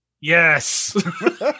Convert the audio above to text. Yes